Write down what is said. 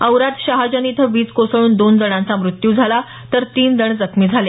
औराद शहाजनी इथं वीज कोसळून दोन जणांचा मृत्यू झाला तर तीन जण जखमी झाले